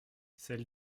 celle